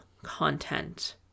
content